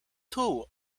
two